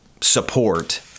support